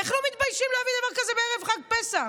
איך לא מתביישים להביא דבר כזה בערב חג פסח?